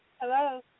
Hello